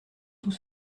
tout